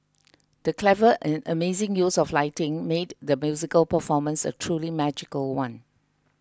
the clever and amazing use of lighting made the musical performance a truly magical one